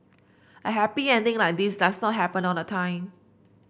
a happy ending like this does not happen all the time